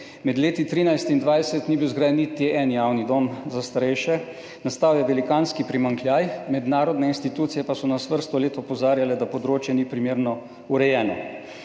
Med letoma 2013 in 2020 ni bil zgrajen niti en javni dom za starejše. Nastal je velikanski primanjkljaj, mednarodne institucije pa so nas vrsto let opozarjale, da področje ni primerno urejeno.